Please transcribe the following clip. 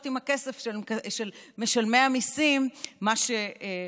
עם הכסף של משלמי המיסים מה שרוצים.